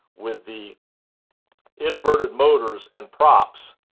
with the inverted motors and props,